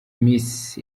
miss